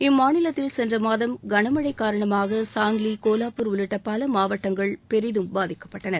இம்மாநிலத்தில் சென்ற மாதம் கனமழை காரணமாக சாங்கிலி கோலாப்பூர் உள்ளிட்ட பல மாவட்டங்கள் பெரிதும் பாதிக்கப்பட்டன்